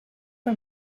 for